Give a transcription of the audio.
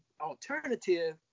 alternative